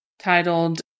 titled